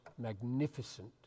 magnificent